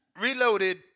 reloaded